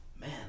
man